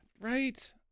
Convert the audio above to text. right